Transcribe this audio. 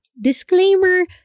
Disclaimer